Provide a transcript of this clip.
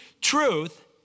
Truth